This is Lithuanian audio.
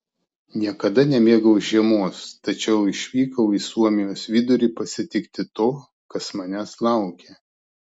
niekada nemėgau žiemos tačiau išvykau į suomijos vidurį pasitikti to kas manęs laukė